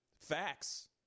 Facts